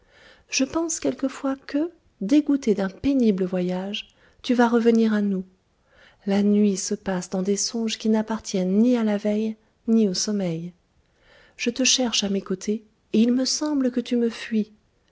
je pense quelquefois que dégoûté d'un pénible voyage tu vas revenir à nous la nuit se passe dans des songes qui n'appartiennent ni à la veille ni au sommeil je te cherche à mes côtés et il me semble que tu me fuis